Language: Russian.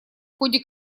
ходе